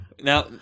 Now